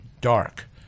dark